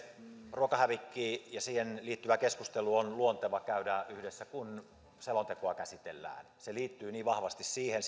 ruokahävikki ja siihen liittyvä keskustelu on luontevaa käydä yhdessä kun selontekoa käsitellään se liittyy niin vahvasti siihen